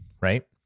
right